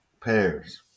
pairs